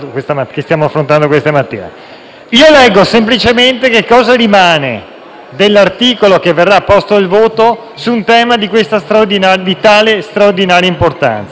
Leggo semplicemente cosa rimane dell'articolo che verrà posto in votazione su un tema di tale straordinaria importanza.